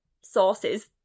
sources